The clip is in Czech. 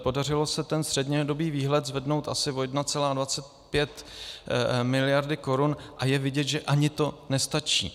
Podařilo se ten střednědobý výhled zvednout asi o 1,25 mld. korun a je vidět, že ani to nestačí.